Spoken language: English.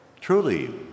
Truly